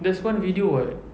there's one video [what]